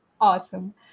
Awesome